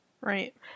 Right